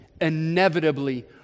inevitably